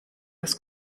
das